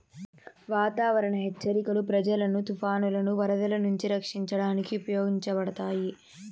వాతావరణ హెచ్చరికలు ప్రజలను తుఫానులు, వరదలు నుంచి రక్షించడానికి ఉపయోగించబడతాయి